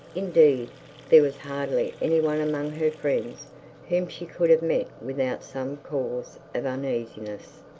indeed there was hardly any one among her friends whom she could have met, without some cause of uneasiness.